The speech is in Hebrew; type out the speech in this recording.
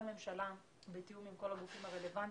ממשלה בתיאום עם כל הגופים הרלוונטיים,